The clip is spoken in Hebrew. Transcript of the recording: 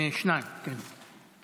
שניים, כן.